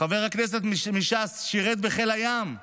חבר הכנסת מש"ס, שירת בחיל הים,